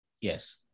Yes